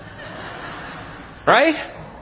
Right